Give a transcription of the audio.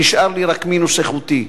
נשאר לי רק מינוס איכותי.